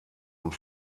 und